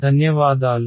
ధన్యవాదాలు